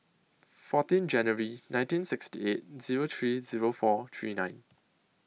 fourteen January nineteen sixty eight Zero three Zero four three nine